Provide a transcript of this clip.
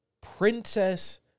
princess